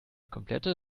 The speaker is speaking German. komplette